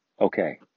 okay